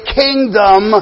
kingdom